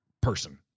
person